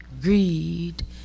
greed